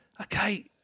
okay